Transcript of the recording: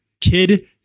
kid